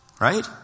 Right